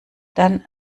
dann